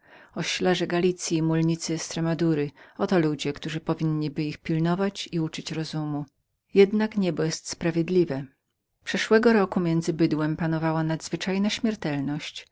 towarzystwa oślarze galicyi i mulnicy estremadury oto są ludzie którzy powinni by ich prowadzić i przekonywać jednak niebo jest sprawiedliwem przeszłego roku między bydłem panowała nadzwyczajna śmiertelność